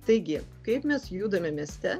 taigi kaip mes judame mieste